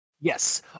Yes